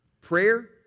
prayer